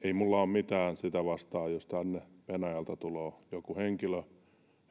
ei minulla ole mitään sitä vastaan jos tänne venäjältä tulee joku henkilö